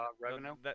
revenue